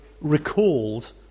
recalled